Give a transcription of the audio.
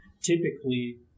typically